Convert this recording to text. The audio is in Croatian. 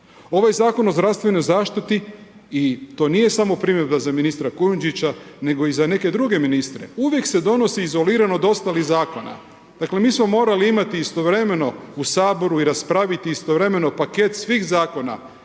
Ovaj Zakon o zdravstvenoj zaštiti i to nije samo …/Govornik se ne razumije./… za ministra Kujundžića nego i za neke druge ministre, uvijek se donosi izolirano od ostalih zakona. Dakle mi smo morali imati istovremeno u Saboru i raspraviti istovremeno paket svih zakona,